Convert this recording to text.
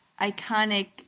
iconic